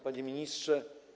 Panie Ministrze!